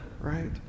right